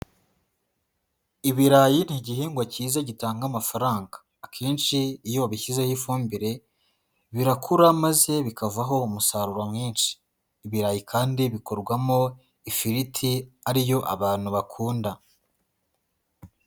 Ibirayi ni igihingwa cyiza gitanga amafaranga, akenshi iyo wabishyizeho ifumbire, birakura maze bikavaho umusaruro mwinshi, ibirayi kandi bikorwamo ifiriti ari yo abantu bakunda.